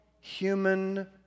human